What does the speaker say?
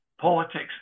politics